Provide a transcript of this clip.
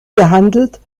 gehandelt